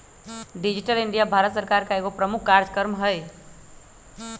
digital India Bharat सरकार का एगो प्रमुख काजक्रम हइ